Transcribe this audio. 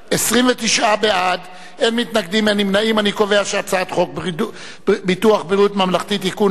ההצעה להעביר את הצעת חוק ביטוח בריאות ממלכתי (תיקון,